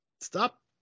stop